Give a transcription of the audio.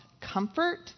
comfort